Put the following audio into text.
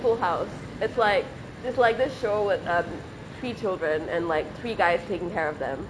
full house it's like it's like this show with um three children and like three guys taking care of them